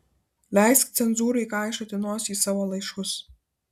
leisk cenzūrai kaišioti nosį į savo laiškus